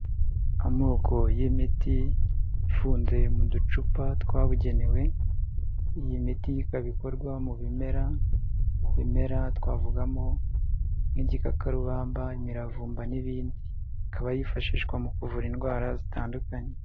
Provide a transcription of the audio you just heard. Amoko y'imiti ifunduye mu ducupa twabugenewe, iyi miti ikaba ikorwa mu bimera, ibimera twavugamo nk'igikakarubamba, imiravumba n'ibindi, ikaba yifashishwa mu kuvura indwara zitandukanye.